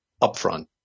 upfront